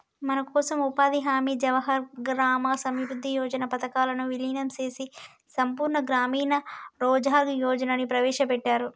మనకోసం ఉపాధి హామీ జవహర్ గ్రామ సమృద్ధి యోజన పథకాలను వీలినం చేసి సంపూర్ణ గ్రామీణ రోజ్గార్ యోజనని ప్రవేశపెట్టారు